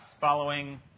following